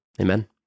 Amen